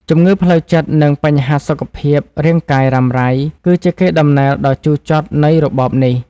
ជំងឺផ្លូវចិត្ត និងបញ្ហាសុខភាពរាងកាយរ៉ាំរ៉ៃ គឺជាកេរដំណែលដ៏ជូរចត់នៃរបបនេះ។